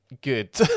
good